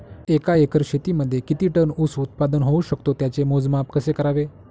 एका एकर शेतीमध्ये किती टन ऊस उत्पादन होऊ शकतो? त्याचे मोजमाप कसे करावे?